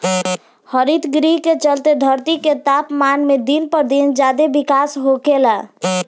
हरितगृह के चलते धरती के तापमान में दिन पर दिन ज्यादे बिकास होखेला